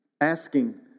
Asking